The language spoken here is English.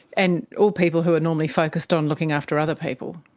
and all people who are normally focused on looking after other people.